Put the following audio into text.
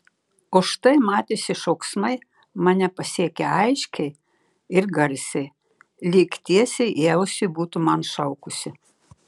o štai matėsi šauksmai mane pasiekė aiškiai ir garsiai lyg tiesiai į ausį būtų man šaukusi